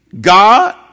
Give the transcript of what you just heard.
God